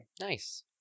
nice